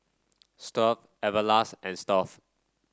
Stuff'd Everlast and Stuff'd